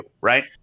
right